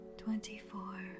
Twenty-four